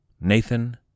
Nathan